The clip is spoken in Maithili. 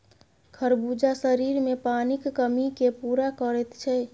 खरबूजा शरीरमे पानिक कमीकेँ पूरा करैत छै